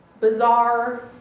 bizarre